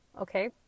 okay